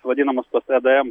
vadinamas tos edm